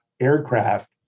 aircraft